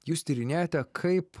jūs tyrinėjote kaip